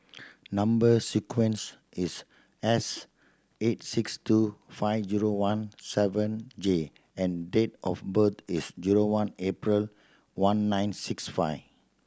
number sequence is S eight six two five zero one seven J and date of birth is zero one April one nine six five